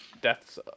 deaths